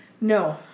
No